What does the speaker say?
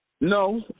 No